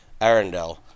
Arendelle